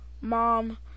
mom